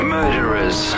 Murderers